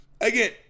Again